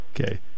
Okay